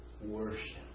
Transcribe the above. worship